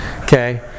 Okay